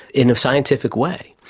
in a scientific way.